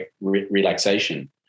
relaxation